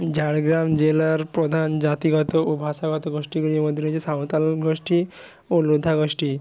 ঝাড়গ্রাম জেলার প্রধান জাতিগত ও ভাষাগত গোষ্ঠীগুলির মধ্যে রয়েছে সাঁওতাল গোষ্ঠী ও লোধা গোষ্ঠী